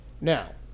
Now